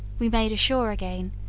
we made ashore again,